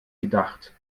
gedacht